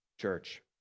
church